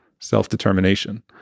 self-determination